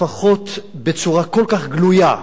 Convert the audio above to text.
לפחות לא בצורה כל כך גלויה,